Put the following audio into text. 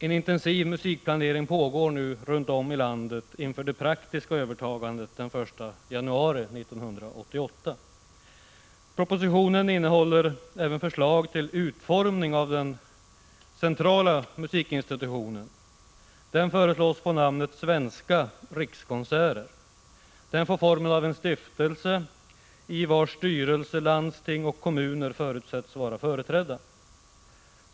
En intensiv musikplanering pågår nu runt om i landet inför det praktiska övertagandet den 1 januari 1988. Propositionen innehåller även förslag till utformning av den centrala musikinstitutionen. Den föreslås få namnet Svenska rikskonserter. Den får formen av en stiftelse, i vars styrelse landsting och kommuner förutsätts vara företrädda.